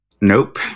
Nope